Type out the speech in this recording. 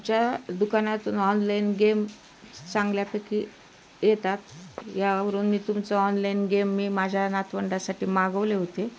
तुमच्या दुकानातून online game चांगल्यापैकी येतात यावरून मी तुमचं ऑनलाईन गेम मी माझ्या नातवंडासाठी मागवले होते